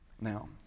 Now